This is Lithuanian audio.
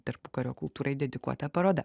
tarpukario kultūrai dedikuota paroda